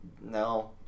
no